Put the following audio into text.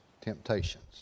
temptations